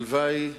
הלוואי